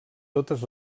totes